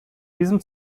diesem